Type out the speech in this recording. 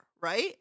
Right